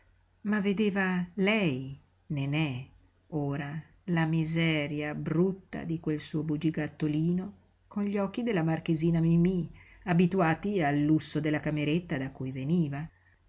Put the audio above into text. ma vedeva lei nenè ora la miseria brutta di quel suo bugigattolino con gli occhi della marchesina mimí abituati al lusso della cameretta da cui veniva